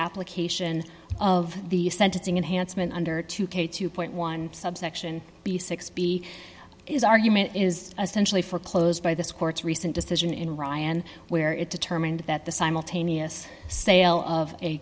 application of the sentencing and handsome and under two k two point one subsection b six b is argument is essentially for closed by this court's recent decision in ryan where it determined that the simultaneous sale of a